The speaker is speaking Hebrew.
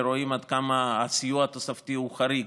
רואים עד כמה הסיוע התוספתי הוא חריג.